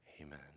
Amen